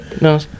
no